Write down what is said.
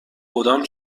کدام